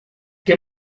que